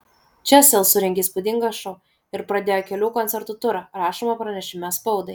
čia sel surengė įspūdingą šou ir pradėjo kelių koncertų turą rašoma pranešime spaudai